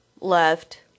Left